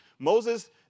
Moses